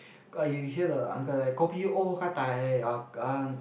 eh you you hear the uncle like kopi o gah-dai or um